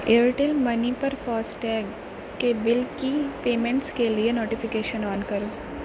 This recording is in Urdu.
ایرٹیل منی پر فاسٹیگ کے بل کی پیمنٹس کے لیے نوٹیفیکیشن آن کرو